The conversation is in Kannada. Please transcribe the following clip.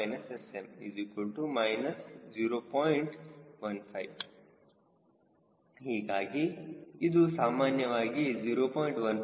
015 ಹೀಗಾಗಿ ಇದು ಸಾಮಾನ್ಯವಾಗಿ 0